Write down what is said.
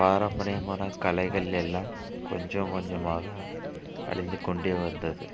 பாரம்பரியமான கலைகள் எல்லாம் கொஞ்சம் கொஞ்சமாக அழிந்துக் கொண்டே வந்தது